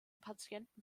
patienten